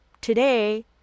today